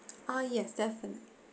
uh yes definitely